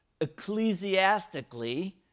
ecclesiastically